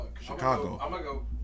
Chicago